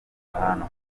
ahantu